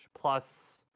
plus